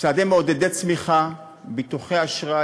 צעדים מעודדי צמיחה, ביטוחי אשראי,